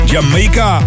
Jamaica